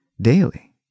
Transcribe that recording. daily